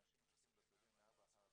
אנשים מחכים בשדה מארבע אחרי הצהריים,